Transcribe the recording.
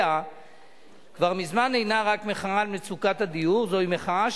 אותו רב-הטבחים